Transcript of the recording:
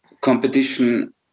competition